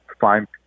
Fine